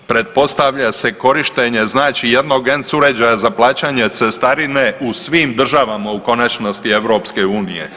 Pretpostavlja se korištenje znači jednog ENC uređaja za plaćanje cestarine u svim državama u konačnosti EU.